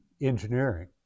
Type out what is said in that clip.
engineering